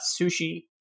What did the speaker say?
sushi